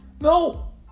No